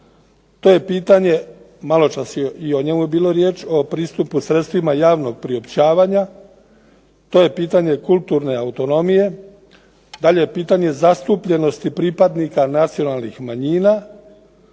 to je pitanje maločas je i o njemu bilo riječ i o pristupu sredstvima javnog priopćavanja, to je pitanje kulturne autonomije, dalje je pitanje zastupljenosti pripadnika nacionalnih manjina,